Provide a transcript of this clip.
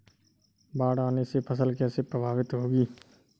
बाढ़ आने से फसल कैसे प्रभावित होगी?